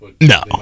No